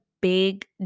big